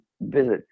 visit